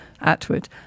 Atwood